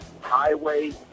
Highway